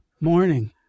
morning